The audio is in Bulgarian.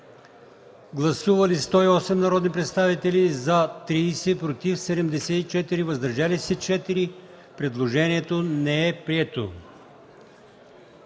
Гласували 108 народни представители: за 30, против 74, въздържали се 4. Предложението не е прието.